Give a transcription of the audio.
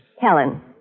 Helen